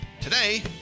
Today